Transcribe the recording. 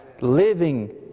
living